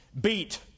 beat